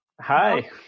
Hi